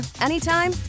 anytime